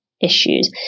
issues